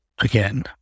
again